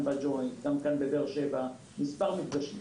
במספר מפגשים.